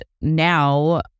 now